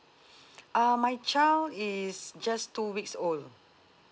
uh my child is just two weeks old